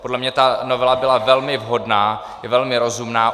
Podle mě ta novela byla velmi vhodná, velmi rozumná.